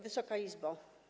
Wysoka Izbo!